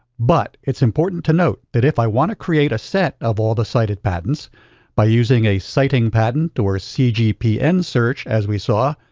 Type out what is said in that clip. but it's important to note that if i want to create a set of all the cited patents by using a citing patent or cgpn search, as we saw,